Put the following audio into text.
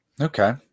Okay